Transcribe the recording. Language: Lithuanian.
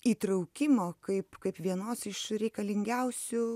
įtraukimo kaip kaip vienos iš reikalingiausių